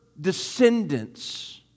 descendants